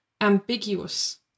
ambiguous